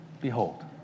Behold